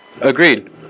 Agreed